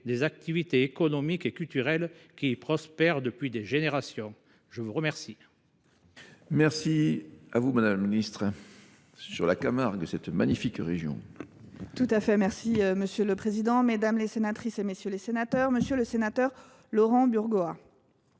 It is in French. des activités économiques et culturelles qui y prospèrent depuis des générations ? La parole